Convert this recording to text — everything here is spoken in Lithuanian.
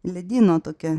ledyno tokią